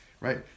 right